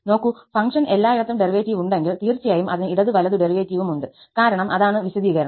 നോക്കൂ ഫംഗ്ഷന് എല്ലായിടത്തും ഡെറിവേറ്റീവ് ഉണ്ടെങ്കിൽ തീർച്ചയായും അതിന് ഇടത് വലതു ഡെറിവേറ്റീവും ഉണ്ട് കാരണം അതാണ് വിശദീകരണം